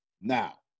Now